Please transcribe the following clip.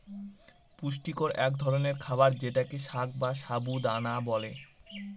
পুষ্টিকর এক ধরনের খাবার যেটাকে সাগ বা সাবু দানা বলে